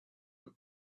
have